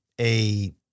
a-